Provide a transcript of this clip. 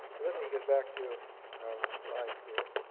let me get back to my slides here.